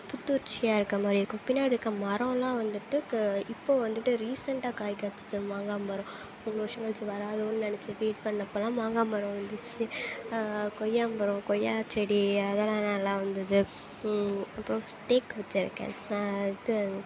புத்துணர்ச்சியா இருக்க மாதிரி இருக்கும் பின்னாடி இருக்க மரலாம் வந்துட்டுக்கு இப்போது வந்துட்டு ரீசெண்டாக காய் காய்ச்சிச்சு மாங்காய் மரம் ரொம்ப வர்ஷம் கழித்து வராதோன்னு நெனைச்சி ஃபீல் பண்ணப்போல்லாம் மாங்காய் மரம் வந்துச்சு கொய்யா மரம் கொய்யா செடி அதெல்லாம் நல்லா வந்தது அப்பறம் தேக்கு வெச்சுருக்கேன் இது